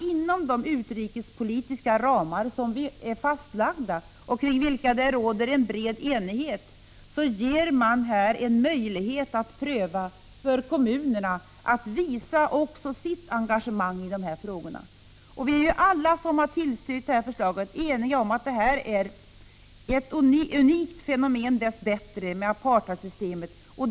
Inom de utrikespolitiska ramar som har fastlagts och kring vilka det råder en bred enighet, ger man alltså kommunerna en möjlighet att visa sitt engagemang i dessa frågor. Alla vi som har tillstyrkt förslaget är eniga om att apartheidsystemet — dess bättre — är ett unikt fenomen.